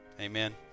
Amen